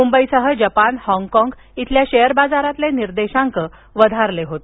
मुंबईसह जपान हॉगकॉग इथल्या शेअर बाजारातील निर्देशांक वधारले होते